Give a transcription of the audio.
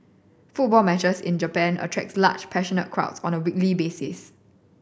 football matches in Japan attracts large passionate crowds on a weekly basis